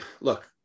look